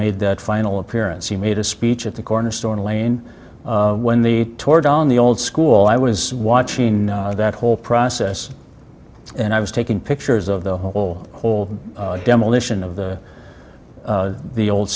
made that final appearance he made a speech at the corner store in a lane when the tore down the old school i was watching that whole process and i was taking pictures of the whole whole demolition of the the old